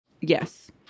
Yes